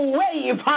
wave